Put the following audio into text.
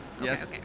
Yes